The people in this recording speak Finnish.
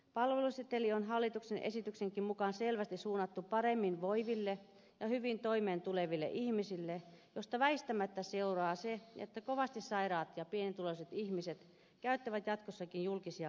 palveluseteli on hallituksen esityksenkin mukaan selvästi suunnattu paremmin voiville ja hyvin toimeentuleville ihmisille mistä väistämättä seuraa se että kovasti sairaat ja pienituloiset ihmiset käyttävät jatkossakin julkisia palveluita